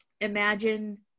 imagine